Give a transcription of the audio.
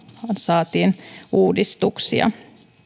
saatiin uudistuksia